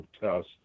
test